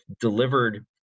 delivered